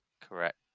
Correct